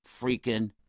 freaking